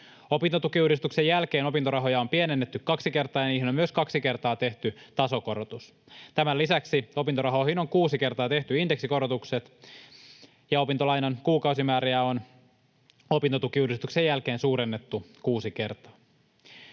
Opintotukiuudistuksen jälkeen opintorahoja on pienennetty kaksi kertaa, ja niihin on myös kaksi kertaa tehty tasokorotus. Tämän lisäksi opintorahoihin on kuusi kertaa tehty indeksikorotukset, ja opintolainan kuukausimääriä on opintotukiuudistuksen jälkeen suurennettu kuusi kertaa.